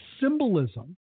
symbolism